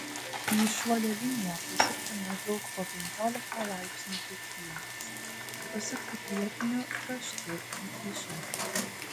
į šuolio liniją pasukti maždaug po penkiolika laipsnių kiekvienas pasukti priekiniu kraštu į išorę